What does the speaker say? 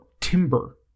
timber